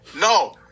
No